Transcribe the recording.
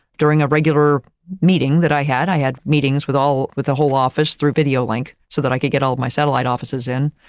during a regular meeting that i had, i had meetings with all with the whole office through video link so that i could get all my satellite offices in.